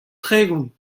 tregont